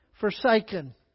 Forsaken